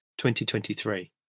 2023